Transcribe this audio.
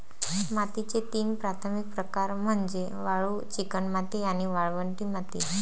मातीचे तीन प्राथमिक प्रकार म्हणजे वाळू, चिकणमाती आणि वाळवंटी माती